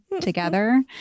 together